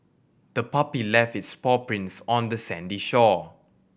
the puppy left its paw prints on the sandy shore